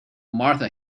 martha